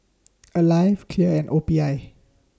Alive Clear and O P I